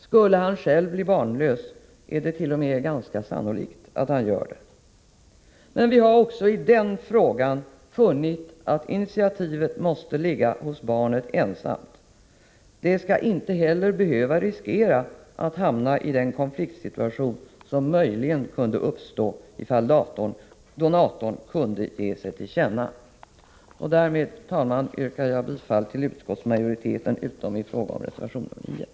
Skulle han själv bli barnlös är det t.o.m. ganska sannolikt att han gör det. Men vi har också i den frågan funnit att initiativet måste ligga hos barnet ensamt. Det skall inte heller behöva riskera att hamna i den konfliktsituation som möjligen kunde uppstå ifall donatorn kunde ge sig till känna. Därmed, herr talman, yrkar jag bifall till utskottsmajoritetens förslag utom i fråga om reservation 9.